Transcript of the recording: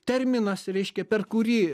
terminas reiškia per kurį